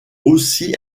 aussi